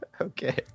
Okay